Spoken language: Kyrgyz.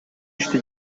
ишти